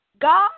God